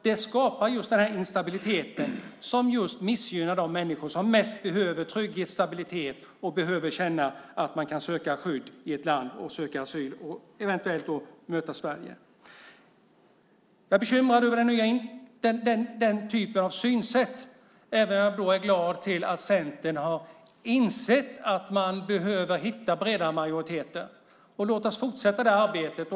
Den skapar just en sådan instabilitet som missgynnar de människor som mest behöver trygghet och stabilitet och som behöver känna att man kan söka skydd och asyl i landet Sverige. Jag är bekymrad över denna typ av synsätt, även om jag är glad över att Centern har insett att man behöver hitta bredare majoriteter. Låt oss fortsätta detta arbete.